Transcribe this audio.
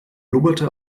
blubberte